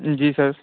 जी sir